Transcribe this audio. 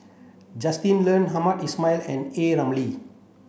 Justin Lean Hamed Ismail and A Ramli